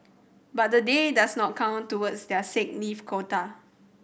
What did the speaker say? but the day does not count towards their sick leave quota